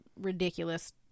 ridiculous